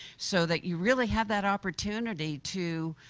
so that you really have that opportunity to